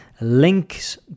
links